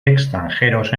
extranjeros